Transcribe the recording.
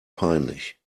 peinlich